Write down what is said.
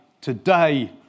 today